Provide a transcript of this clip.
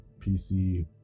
PC